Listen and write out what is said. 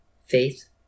faith